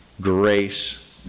grace